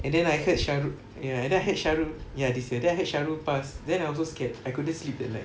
and then I heard sharul ya and then I heard sharul ya this year then I heard sharul pass then I was so scared I couldn't sleep that night